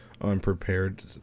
unprepared